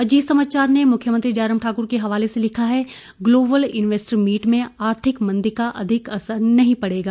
अजीत समाचार ने मुख्यमंत्री जयराम ठाकुर के हवाले से लिखा है ग्लोबल इन्वेस्टर मीट में आर्थिक मंदी का अधिक असर नहीं पड़ेगा